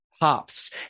pops